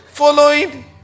following